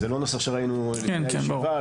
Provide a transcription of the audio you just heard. זה לא נוסח שראינו לפני הישיבה.